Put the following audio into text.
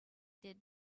did